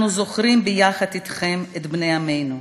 אנחנו זוכרים ביחד אתכם את בני עמנו,